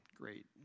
great